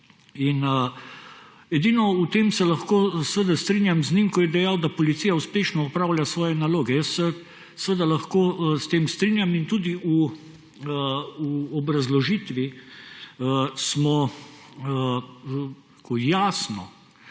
In edino v tem se lahko strinjam z njim, ko je dejal, da policija uspešno opravlja svoje naloge. Jaz se lahko s tem strinjam in tudi v obrazložitvi smo jasno